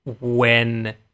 when-